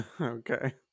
Okay